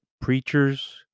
preachers